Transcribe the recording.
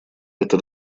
это